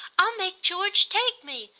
i'll make george take me,